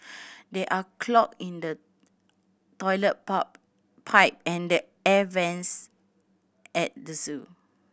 there are clog in the toilet pop pipe and the air vents at the zoo